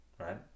right